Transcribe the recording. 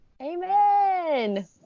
Amen